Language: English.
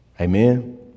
Amen